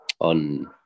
On